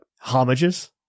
homages